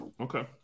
Okay